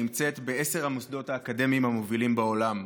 שנמצאת בעשרת המוסדות האקדמיים המובילים בעולם.